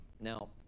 Now